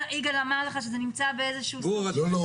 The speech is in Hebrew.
יגאל אמר לך שזה נמצא באיזשהו --- לא לא,